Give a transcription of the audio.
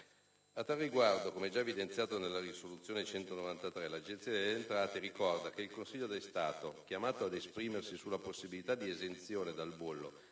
A tale proposito, come già evidenziato nella risoluzione n. 193/E del 2008, l'Agenzia delle entrate ricorda che il Consiglio di Stato, chiamato ad esprimersi sulla possibilità di esenzione dal bollo